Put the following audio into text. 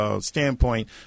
standpoint